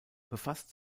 befasst